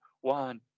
one